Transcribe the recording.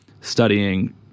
studying